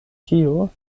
tio